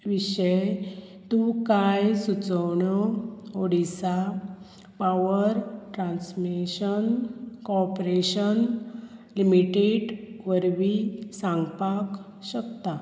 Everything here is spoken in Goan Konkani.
विशय तूं कांय सुचोवण्यो Odisha power transmission corporation limited वरवीं सांगपाक शकता